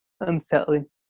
unsettling